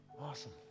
Awesome